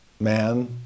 man